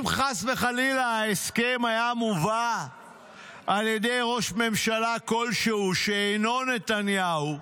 אם חס וחלילה ההסכם היה מובא על ידי ראש ממשלה כלשהו שאינו נתניהו,